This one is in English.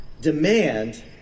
demand